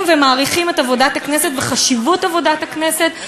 ומעריכים את עבודת הכנסת וחשיבות עבודת הכנסת,